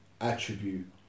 attribute